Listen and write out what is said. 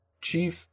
Chief